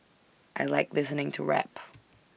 I Like listening to rap